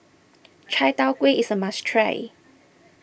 Chai Tow Kway is a must try